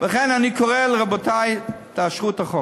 לכן אני קורא, רבותי, תאשרו את החוק.